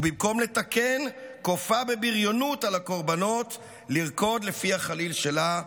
ובמקום לתקן כופה בבריונות על הקורבנות לרקוד לפי החליל שלה,